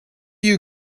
you